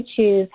choose